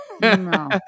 No